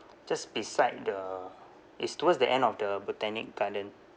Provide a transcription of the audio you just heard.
just beside the is towards the end of the botanic garden